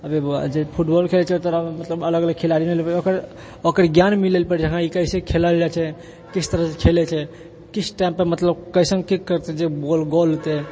अभी जे फुटबॉल खेलै छै तऽ ओकरामे मतलब अलग अलग खिलाड़ी ओकर ज्ञान मिलै छै हमरा ई कैसे खेलल जाइत छै किस तरह से खेलै छै किस टाइम पऽ मतलब कइसन किक करतै जे बॉल गोल हेतै